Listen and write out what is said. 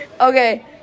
Okay